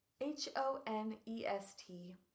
H-O-N-E-S-T